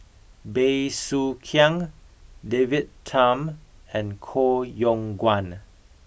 Bey Soo Khiang David Tham and Koh Yong Guan